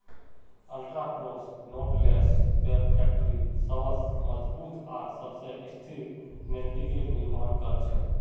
ultra cross knotless web factory सबस मजबूत आर सबस स्थिर नेटिंगेर निर्माण कर छेक